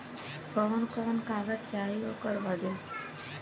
कवन कवन कागज चाही ओकर बदे?